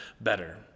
better